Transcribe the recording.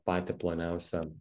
patį ploniausią